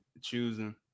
choosing